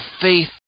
faith